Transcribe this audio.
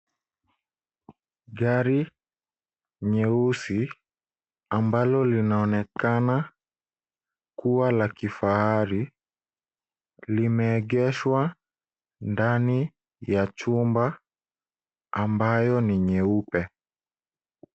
Gari nyeusi ambalo linaonekana kuwa la kifahari limeegeshwa ndani ya chumba ambayo ni nyeupe.